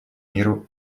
миру